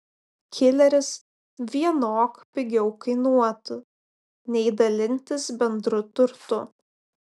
kileris vienok pigiau kainuotų nei dalintis bendru turtu